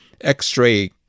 X-ray